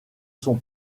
son